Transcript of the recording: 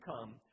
come